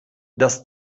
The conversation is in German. das